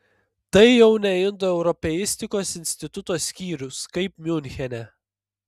tai jau ne indoeuropeistikos instituto skyrius kaip miunchene